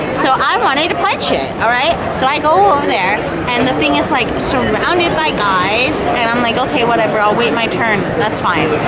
so i wanted to punch it alright, so i go over there and the thing is like surrounded by guys and i'm like ok whatever ill wait my turn thats fine,